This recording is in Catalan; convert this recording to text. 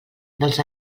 dels